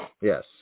Yes